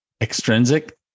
Extrinsic